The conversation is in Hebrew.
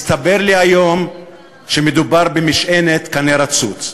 מסתבר לי היום שמדובר במשענת קנה רצוץ.